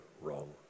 wrong